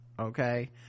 Okay